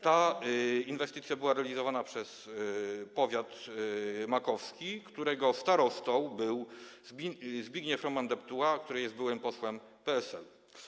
Ta inwestycja była realizowana przez powiat makowski, którego starostą był Zbigniew Roman Deptuła, który jest byłym posłem PSL.